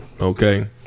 Okay